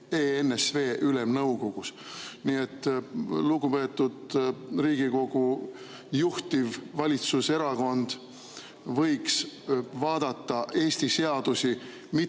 ENSV Ülemnõukogus. Nii et lugupeetud Riigikogu juhtiv valitsuserakond võiks vaadata Eesti seadusi mitte